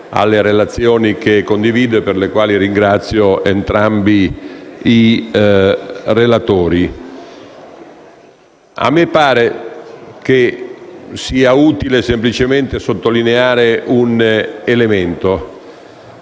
Mi pare sia utile semplicemente sottolineare un elemento: